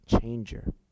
changer